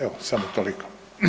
Evo samo toliko.